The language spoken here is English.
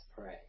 pray